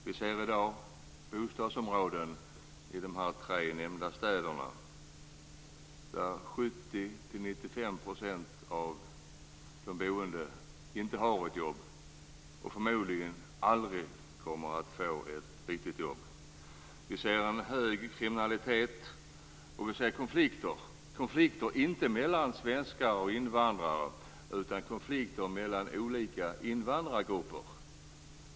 Det finns i dag bostadsområden i de tre nämnda städerna där 70-95 % av de boende inte har ett jobb och förmodligen aldrig kommer att få något riktigt jobb. Vi ser en hög kriminalitet. Vi ser konflikter, inte mellan svenskar och invandrare utan mellan olika invandrargrupper.